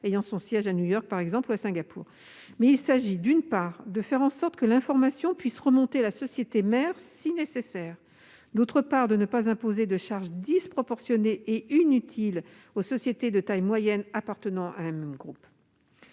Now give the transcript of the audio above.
ayant son siège à New York ou à Singapour. L'objectif consiste, d'une part, à faire en sorte que l'information puisse remonter à la société mère si nécessaire et, d'autre part, à ne pas imposer de charges disproportionnées et inutiles aux sociétés de taille moyenne appartenant à un même groupe.